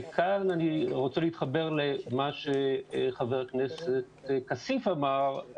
כאן, אני רוצה להתחבר למה שחבר הכנסת כסיף אמר.